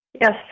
Yes